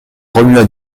remua